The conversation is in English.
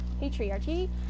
patriarchy